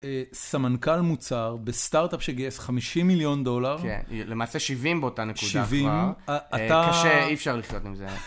סמנכל מוצר בסטארט-אפ שגייס 50 מיליון דולר. כן, למעשה 70 באותה נקודה כבר. קשה, אי אפשר לחיות עם זה.